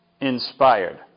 inspired